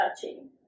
touching